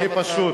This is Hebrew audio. הכי פשוט.